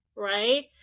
right